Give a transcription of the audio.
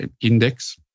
index